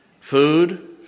food